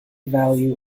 value